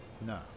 No